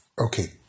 Okay